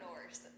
Norse